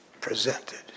presented